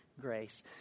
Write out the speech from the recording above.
grace